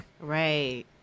Right